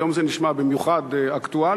היום זה נשמע במיוחד אקטואלי.